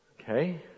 Okay